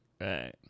right